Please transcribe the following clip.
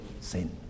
sin